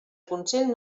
consell